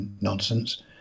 nonsense